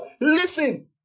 Listen